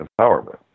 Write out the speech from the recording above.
empowerment